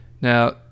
Now